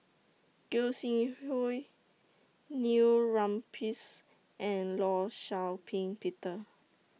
Gog Sing Hooi Neil Humphreys and law Shau Ping Peter